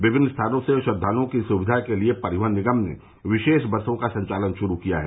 विभिन्न स्थानों से श्रद्वालुओं की सुविधा के लिये परिवहन निगम ने विशेष बसों का संचालन शुरू किया है